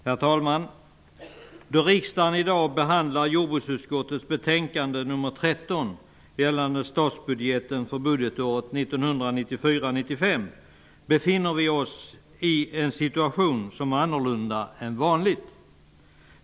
Herr talman! Då riksdagen i dag behandlar jordbruksutskottets betänkande nr 13, gällande statsbudgeten för budgetåret 1994/95, befinner vi oss i en situation som är annorlunda än vanligt.